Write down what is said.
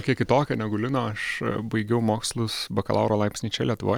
kiek kitokia negu lino aš baigiau mokslus bakalauro laipsnį čia lietuvoj